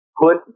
put